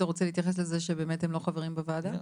אתה רוצה להתייחס לזה שבאמת הם לא חברים בוועדה?